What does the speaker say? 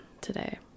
today